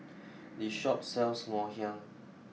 this shop sells Ngoh Hiang